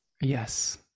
yes